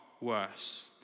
worse